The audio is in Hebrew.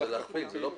זה להכפיל, זה לא פשוט.